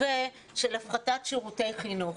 הפחתת שירותי חינוך.